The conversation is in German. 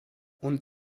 und